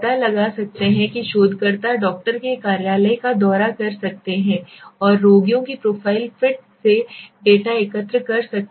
पता लगा सकते हैं कि शोधकर्ता डॉक्टर के कार्यालय का दौरा कर सकते हैं और रोगियों कि प्रोफ़ाइल फिट से डेटा एकत्र कर सकते हैं